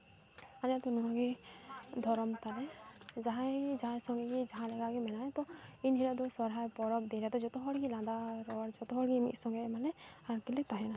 ᱟᱞᱮᱭᱟᱜ ᱫᱚ ᱱᱚᱣᱟᱜᱮ ᱫᱷᱚᱨᱚᱢ ᱛᱟᱞᱮ ᱡᱟᱦᱟᱸᱭ ᱡᱟᱦᱟᱸᱭ ᱥᱚᱝᱜᱮ ᱜᱮ ᱡᱟᱦᱟᱸ ᱞᱮᱠᱟᱜᱮ ᱢᱮᱱᱟᱭ ᱮᱱᱦᱤᱞᱳᱜ ᱫᱚ ᱥᱚᱨᱦᱟᱭ ᱯᱚᱨᱚᱵᱽ ᱨᱮ ᱡᱚᱛᱚ ᱦᱚᱲᱜᱮ ᱞᱟᱸᱫᱟ ᱨᱚᱲ ᱡᱚᱛᱚ ᱦᱚᱲ ᱜᱮ ᱢᱤᱫ ᱥᱚᱝᱜᱮ ᱟᱨᱠᱤᱞᱮ ᱛᱟᱦᱮᱱᱟ